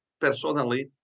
personally